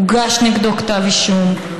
הוגש נגדו כתב אישום,